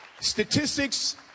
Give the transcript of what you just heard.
Statistics